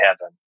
heaven